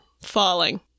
falling